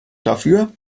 dafür